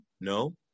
No